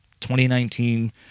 2019